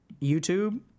YouTube